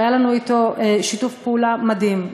שהיה לנו אתו שיתוף פעולה מדהים.